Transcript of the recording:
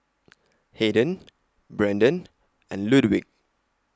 Haden Brenden and Ludwig